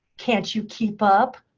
can't you keep up?